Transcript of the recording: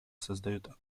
создают